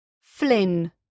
Flynn